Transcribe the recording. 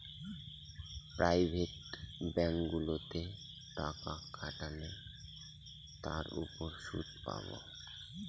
private ব্যাঙ্কগুলোতে টাকা খাটালে তার উপর সুদ পাবো